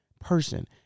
person